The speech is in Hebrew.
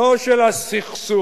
לא של "הסכסוך"